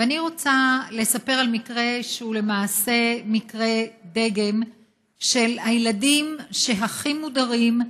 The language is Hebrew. ואני רוצה לספר על מקרה שהוא למעשה מקרה דגם של הילדים שהכי מודרים,